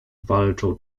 walczą